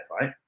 right